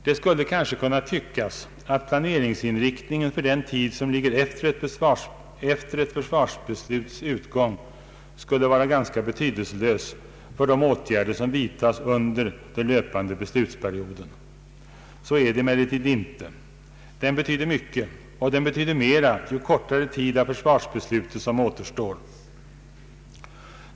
Det skulle kanske kunna tyckas att planeringsinriktningen för den tid som ligger efter ett försvarsbesluts utgång skulle vara ganska betydelselös för de åtgärder som vidtas under den löpande beslutsperioden. Så är det emellertid inte. Den betyder mycket och den betyder mera ju kortare tid av för svarsbeslutet som återstår.